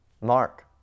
Mark